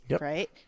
right